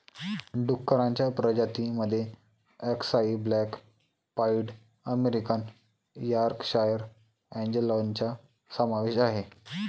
डुक्करांच्या प्रजातीं मध्ये अक्साई ब्लॅक पाईड अमेरिकन यॉर्कशायर अँजेलॉनचा समावेश आहे